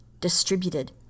distributed